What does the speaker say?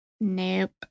Nope